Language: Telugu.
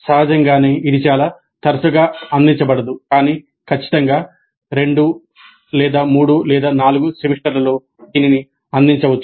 సహజంగానే ఇది చాలా తరచుగా అందించబడదు కానీ ఖచ్చితంగా 2 3 4 సెమిస్టర్లలో దీనిని అందించవచ్చు